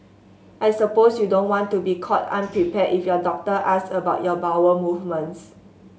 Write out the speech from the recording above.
I suppose you don't want to be caught unprepared if your doctor asks about your bowel movements